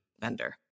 vendor